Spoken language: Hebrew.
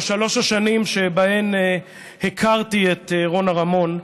בשלוש השנים שבהן הכרתי את רונה רמון,